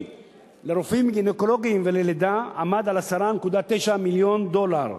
לרופאים גינקולוגים וללידה היה 10.9 מיליון דולר,